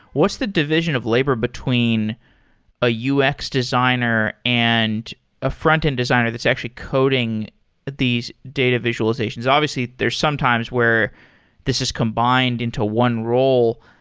what's the division of labor between ah a ux designer and a front-end designer that's actually coding these data visualizations? obviously, there's some times where this is combined into one role.